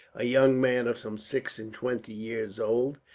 a young man of some six and twenty years old,